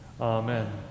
Amen